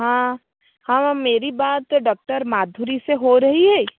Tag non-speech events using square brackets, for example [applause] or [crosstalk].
हाँ [unintelligible] मेरी बात डाक्टर माधुरी से हो रही है